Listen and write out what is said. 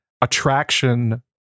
attraction